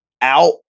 out